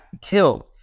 killed